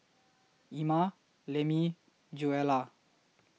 Ima Lemmie Joella